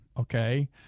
okay